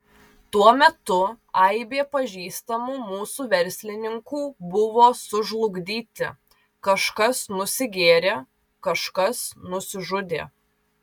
tuo metu aibė pažįstamų mūsų verslininkų buvo sužlugdyti kažkas nusigėrė kažkas nusižudė